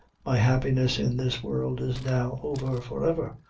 my happiness in this world is now over forever.